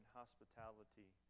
hospitality